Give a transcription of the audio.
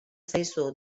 zaizu